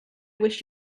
wish